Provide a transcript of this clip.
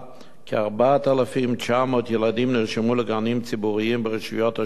כ-4,900 ילדים נרשמו לגנים ציבוריים ברשויות השונות